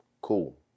cool